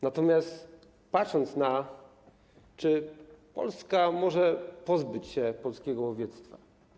Natomiast patrząc na to, czy Polska może pozbyć się polskiego łowiectwa.